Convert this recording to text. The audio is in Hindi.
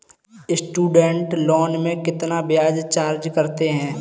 स्टूडेंट लोन में कितना ब्याज चार्ज करते हैं?